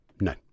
no